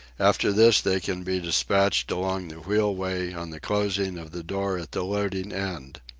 after this they can be despatched along the wheelway on the closing of the door at the loading end.